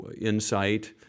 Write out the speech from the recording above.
insight